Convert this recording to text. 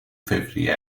فوریه